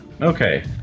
Okay